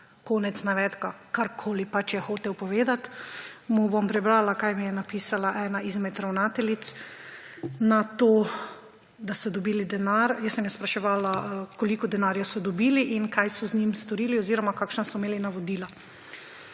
Konec navedka. Karkoli je hotel povedati, mu bom prebrala, kaj mi je napisala ena izmed ravnateljic na to, da so dobili denar. Spraševala sem jo, koliko denarja so dobili in kaj so z njim storili oziroma kakšna so imeli navodila.